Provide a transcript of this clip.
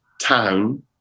town